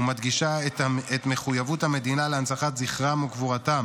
ומדגישה את מחויבות המדינה להנצחת זכרם וגבורתם